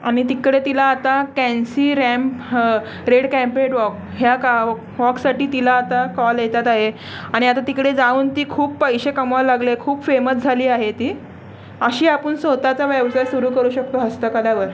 आणि तिकडे तिला आता कॅन्सी रॅम्प रेड कॅम्पेड वॉक ह्या का वॉकसाठी तिला आता कॉल येतात आहे आणि आता तिकडे जाऊन ती खूप पैसे कमवायला लागले आहे खूप फेमस झाली आहे ती अशी आपण स्वत चा व्यवसाय सुरू करू शकतो हस्तकलेवर